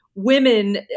Women